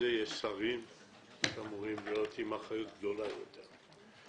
שרים אמורים להיות עם אחריות גדולה יותר.